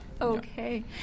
okay